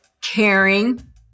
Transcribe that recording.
caring